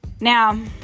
Now